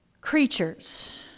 creatures